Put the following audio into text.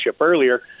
earlier